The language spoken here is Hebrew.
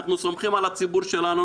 אנחנו סומכים על הציבור שלנו,